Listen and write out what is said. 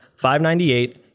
598